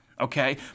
okay